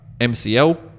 MCL